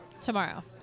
Tomorrow